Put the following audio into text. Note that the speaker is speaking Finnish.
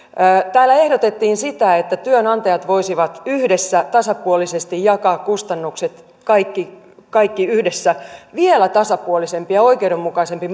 täällä ehdotettiin sitä että työantajat voisivat yhdessä tasapuolisesti jakaa kustannukset kaikki kaikki yhdessä vielä tasapuolisempi ja oikeudenmukaisempi